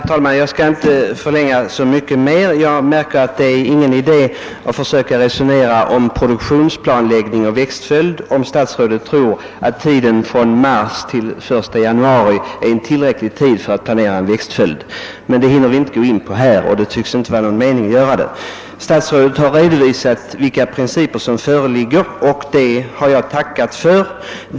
Herr talman! Jag skall inte förlänga debatten särskilt mycket Det är bortkastad tid att resonera med statsrådet om produktionsplanläggning och växtföljd, om statsrådet tror att tiden från mars till januari är tillräcklig för sådan planering. Statsrådet har redovisat vilka principer som tillämpas, och det har jag tackat för.